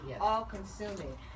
All-consuming